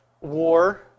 war